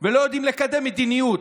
ולא יודעים לקדם מדיניות,